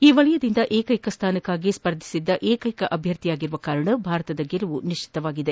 ಈ ವಲಯದಿಂದ ಏಕೈಕ ಸ್ಥಾನಕ್ಕಾಗಿ ಸ್ಪರ್ಧಿಸಿರುವ ಏಕೈಕ ಅಭ್ವರ್ಥಿಯಾಗಿರುವುದರಿಂದ ಭಾರತದ ಗೆಲುವು ನಿಶ್ಚಿತವಾಗಿದೆ